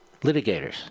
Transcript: litigators